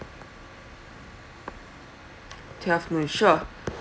twelve noon sure